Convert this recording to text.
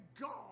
God